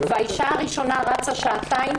האישה הראשונה רצה שעתיים